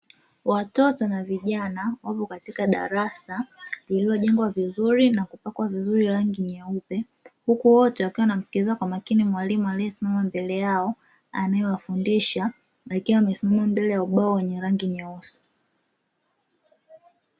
Watoto na vijana wapo katika darasa lililojengwa vizuri na kupakwa vizuri rangi nyeupe, huku wote wakiwa wanamsikiliza mwalimu aliyesimama mbele yao anayewafundisha akiwa amesimama mbele ya ubao wenye rangi nyeusi.